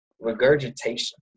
regurgitation